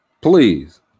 Please